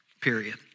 period